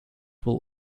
will